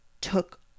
took